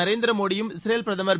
நரேந்திர மோடியும் இஸ்ரேல் பிரதமர் திரு